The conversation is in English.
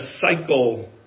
cycle